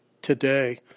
Today